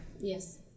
yes